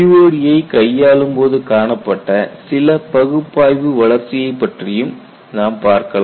COD ஐ கையாளும் போது காணப்பட்ட சில பகுப்பாய்வு வளர்ச்சியை பற்றியும் நாம் பார்க்கலாம்